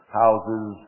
houses